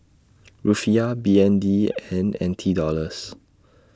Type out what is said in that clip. Rufiyaa B N D and N T Dollars